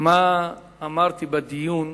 מה אמרתי בדיון